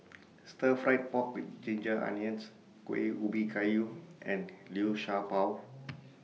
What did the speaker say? Stir Fried Pork with Ginger Onions Kueh Ubi Kayu and Liu Sha Bao